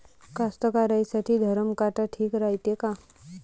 कास्तकाराइसाठी धरम काटा ठीक रायते का?